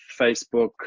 Facebook